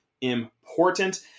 important